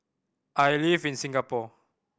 I live in Singapore